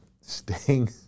Sting